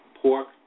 pork